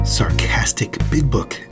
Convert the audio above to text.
sarcasticbigbook